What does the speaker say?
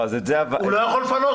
הוא לא יכול לפנות